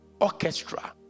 orchestra